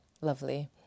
lovely